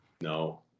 No